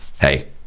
Hey